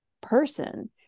person